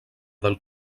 del